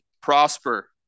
prosper